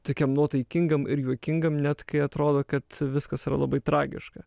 tokiam nuotaikingam ir juokingam net kai atrodo kad viskas yra labai tragiška